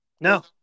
No